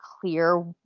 clear